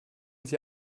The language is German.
sie